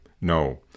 No